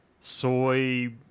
soy